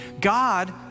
God